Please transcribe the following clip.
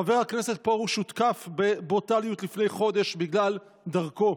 חבר הכנסת פרוש הותקף בברוטליות לפני חודש בגלל דרכו,